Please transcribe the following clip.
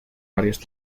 varios